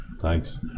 Thanks